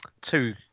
two